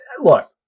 look